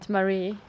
Marie